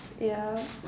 yeah